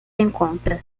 encontra